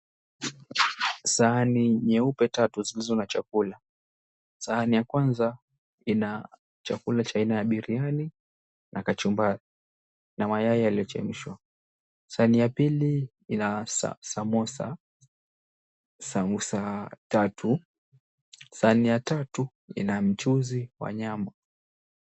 Sahani nyeupe tatu zilizo na chakula. Sahani ya kwanza ina chakula cha aina ya biriani na kachumbari na mayai yaliyochemshwa. Sahani ya pili ina samosa, samosa tatu. Sahani ya tatu ina mchuzi wa nyama.